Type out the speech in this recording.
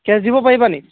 cash দিব পাৰিবানি